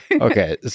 Okay